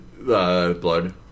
blood